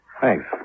Thanks